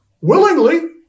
Willingly